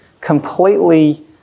completely